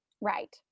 Right